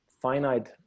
finite